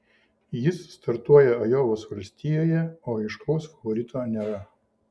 jis startuoja ajovos valstijoje o aiškaus favorito nėra